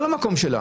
מה זה מקום שלה?